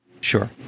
Sure